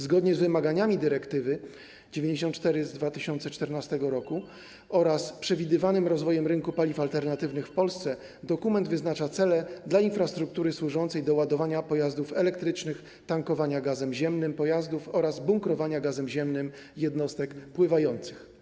Zgodnie z wymaganiami dyrektywy 94 z 2014 r. oraz przewidywaniami dotyczącymi rozwoju rynku paliw alternatywnych w Polsce dokument wyznacza cele dla infrastruktury służącej do ładowania pojazdów elektrycznych, tankowania gazem ziemnym pojazdów oraz bunkrowania gazem ziemnym jednostek pływających.